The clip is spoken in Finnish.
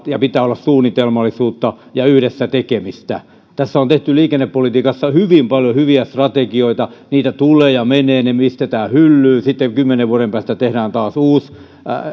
ja pitää olla suunnitelmallisuutta ja yhdessä tekemistä tässä on tehty liikennepolitiikassa hyvin paljon hyviä strategioita niitä tulee ja menee ne pistetään hyllyyn sitten kymmenen vuoden päästä tehdään taas